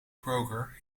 kroger